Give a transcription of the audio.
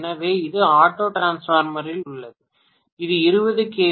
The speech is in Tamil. எனவே இது ஆட்டோ டிரான்ஸ்பார்மரில் உள்ளது இது 20 கே